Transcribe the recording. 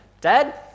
Dad